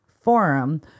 forum